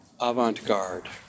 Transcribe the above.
avant-garde